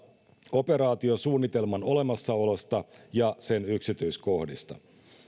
operaatiosuunnitelman olemassaolosta ja sen yksityiskohdista